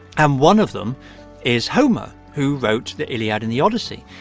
um one of them is homer, who wrote the iliad and the odyssey.